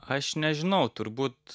aš nežinau turbūt